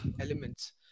elements